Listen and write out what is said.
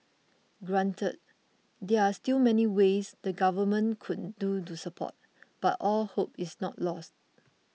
granted there are still many ways the government could do to support but all hope is not lost